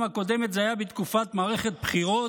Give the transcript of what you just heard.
הקודמת זה היה בתקופת מערכת בחירות,